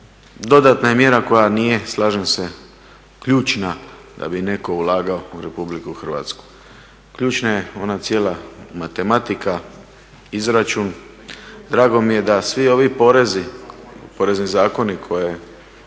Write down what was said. dodatna je mjera koja nije slažem se ključna da bi netko ulagao u RH. ključna je ona cijela matematika, izračun. Drago mi je da svi ovi porezni zakoni koje